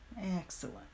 Excellent